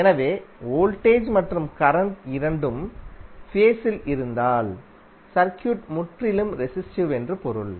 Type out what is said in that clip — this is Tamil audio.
எனவே வோல்டேஜ் மற்றும் கரண்ட் இரண்டும் ஃபேஸில் இருந்தால் சர்க்யூட் முற்றிலும் ரெஸிஸ்டிவ் என்று பொருள்